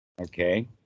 Okay